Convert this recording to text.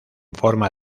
forma